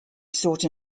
sought